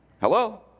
Hello